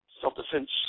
self-defense